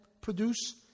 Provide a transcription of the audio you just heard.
produce